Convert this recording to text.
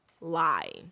lie